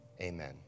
amen